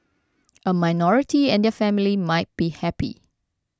a minority and their family might be happy